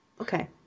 Okay